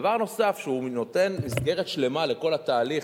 דבר נוסף שנותן מסגרת שלמה לכל התהליך,